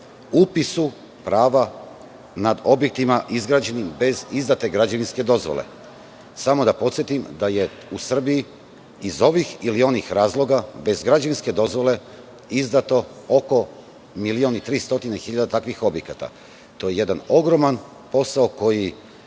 upisu prava nad objektima izgrađenim bez izdate građevinske dozvole, samo da podsetim da je u Srbiji, iz ovih ili onih razloga, bez građevinske dozvole izdato oko 1.300.000 takvih objekata. To je jedan ogroman posao koji